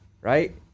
right